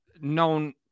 known